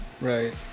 Right